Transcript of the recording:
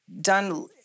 done